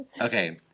Okay